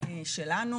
שלנו